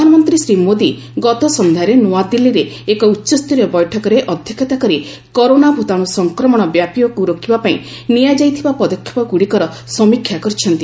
ପ୍ରଧାନମନ୍ତ୍ରୀ ଶ୍ରୀ ମୋଦୀ ଗତ ସନ୍ଧ୍ୟାରେ ନୂଆଦିଲ୍ଲୀରେ ଏକ ଉଚ୍ଚସ୍ତରୀୟ ବୈଠକରେ ଅଧ୍ୟକ୍ଷତା କରି କରୋନା ଭୂତାଣୁ ସଂକ୍ରମଣ ବ୍ୟାପିବାକୁ ରୋକିବା ପାଇଁ ନିଆଯାଇଥିବା ପଦକ୍ଷେପଗୁଡ଼ିକର ସମୀକ୍ଷା କରିଛନ୍ତି